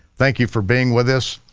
thank you for being with us.